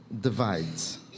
divides